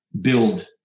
build